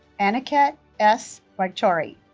aniket s. waghchaure